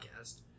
podcast